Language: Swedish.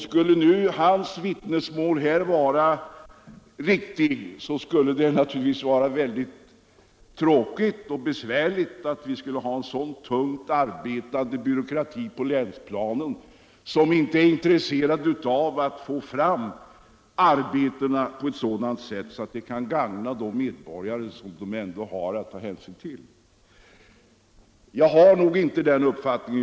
Skulle hans vittnesmål här vara riktigt att vi har en så tungt arbetande byråkrati på länsplanen och att man där inte är intresserad av att få fram arbetena på sådant sätt att det gagnar medborgarna, då är det naturligtvis mycket tråkigt och besvärligt.